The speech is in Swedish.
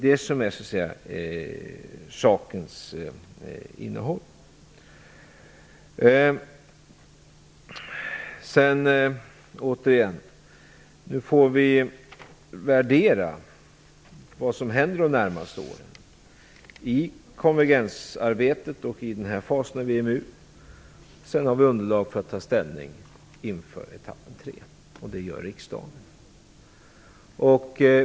Det är det som är innehållet i poängen. Vi får värdera vad som kommer att hända de närmaste åren i konvergensarbetet och i den nuvarande fasen av EMU. Sedan har vi ett underlag för att ta ställning inför etapp tre. Det gör riksdagen.